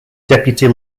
deputy